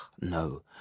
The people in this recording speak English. No